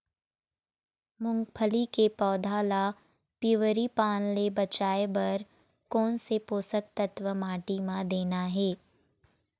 मुंगफली के पौधा ला पिवरी पान ले बचाए बर कोन से पोषक तत्व माटी म देना हे?